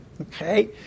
okay